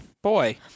Boy